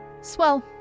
Swell